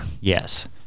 yes